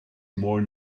more